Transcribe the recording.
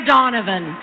Donovan